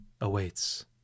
awaits